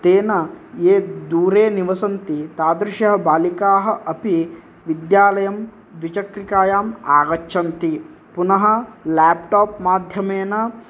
तेन ये दूरे निवसन्ति तादृशः बालिकाः अपि विद्यालयं द्विचक्रिकायाम् आगच्छन्ति पुनः लेप्टाप् माध्यमेन